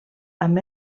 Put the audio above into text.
amb